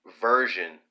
version